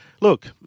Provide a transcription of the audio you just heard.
look